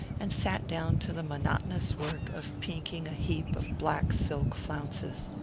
and sat down to the monotonous work of pinking a heap of black silk flounces.